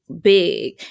big